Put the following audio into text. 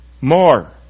more